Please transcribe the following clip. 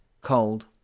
cold